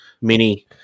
mini